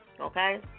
okay